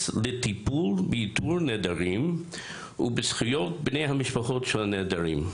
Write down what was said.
לטיפול באיתור נעדרים ובזכויות בני המשפחות של הנעדרים".